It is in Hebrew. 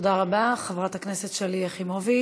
תודה רבה, חברת הכנסת שלי יחימוביץ.